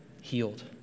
healed